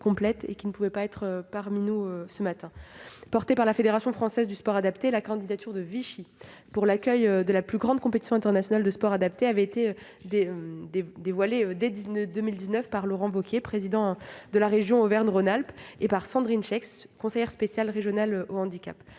qui ne pouvait pas être parmi vous ce matin. Portée par la Fédération française du sport adapté, la candidature de Vichy pour l'accueil de la plus grande compétition internationale de sport adapté avait été dévoilée des 2019 par Laurent Wauquiez, président de la région Auvergne-Rhône-Alpes, et par Sandrine Chaix, conseillère spéciale régionale au handicap.